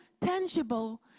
tangible